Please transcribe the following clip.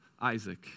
Isaac